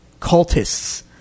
cultists